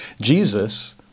Jesus